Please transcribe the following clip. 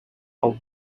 poll